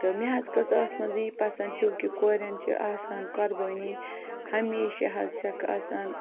تہٕ مےٚ حظ کھٔژ اَتھ منٛز یی پَسنٛد چوٗنکہِ کورٮ۪ن چھِ آسان قۄربٲنی ہمیشہِ حظ چھَکھ آسان